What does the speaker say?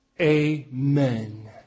amen